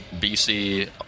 BC